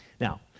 Now